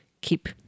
keep